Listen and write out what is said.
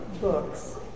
books